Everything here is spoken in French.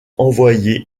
envoyé